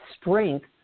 strength